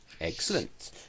Excellent